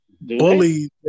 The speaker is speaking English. bully